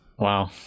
Wow